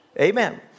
Amen